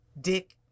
dick